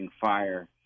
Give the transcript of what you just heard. fire